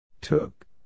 Took